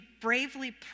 bravely